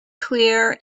clear